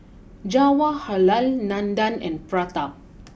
Jawaharlal Nandan and Pratap